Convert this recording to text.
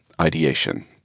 ideation